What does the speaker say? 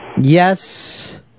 Yes